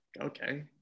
okay